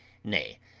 nay,